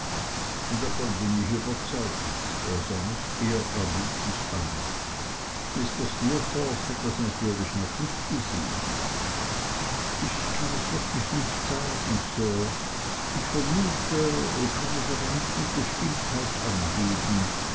davon bin ich überzeugt er sah mich ehrerbietig an mr steerforth hat es natürlich noch nicht gesehen ich kann es wirklich nicht sagen sir ich vermute kann es aber nicht mit bestimmtheit angeben